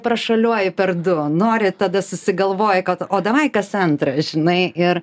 prašuoliuoji per du nori tada susigalvoji kad o davai kas antrą žinai ir